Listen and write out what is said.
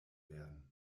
werden